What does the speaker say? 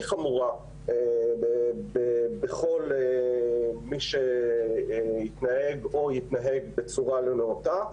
חמורה בכל מי שהתנהג או יתנהג בצורה לא נאותה.